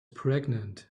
pregnant